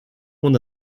moins